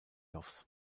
offs